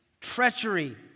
treachery